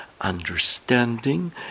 understanding